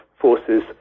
forces